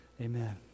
Amen